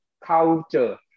culture